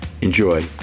enjoy